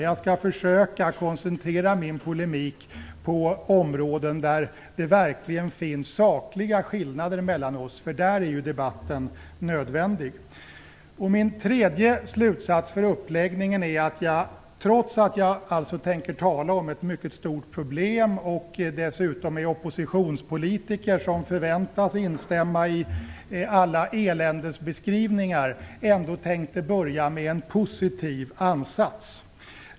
Jag skall försöka koncentrera min polemik på områden där det verkligen finns sakliga skillnader mellan oss, för där är debatten nödvändig. Min tredje slutsats inför uppläggningen av mitt anförande är att jag, trots att jag avser att tala om ett mycket stort problem och dessutom som oppositionspolitiker förväntas instämma i alla eländesbeskrivningar, ändå tänker börja med en positiv ansats.